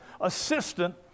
assistant